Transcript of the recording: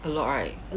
a lot right